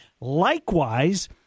Likewise